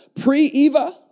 pre-Eva